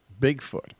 Bigfoot